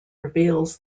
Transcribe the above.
reveals